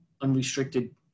unrestricted